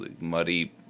muddy